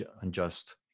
unjust